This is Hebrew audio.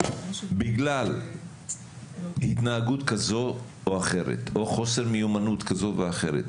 בגלל התנהגות כזו או אחרת או חוסר מיומנות כזו או אחרת,